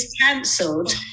cancelled